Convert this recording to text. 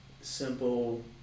simple